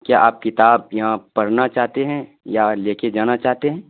کیا آپ کتاب یہاں پڑھنا چاہتے ہیں یا لے کے جانا چاہتے ہیں